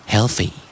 Healthy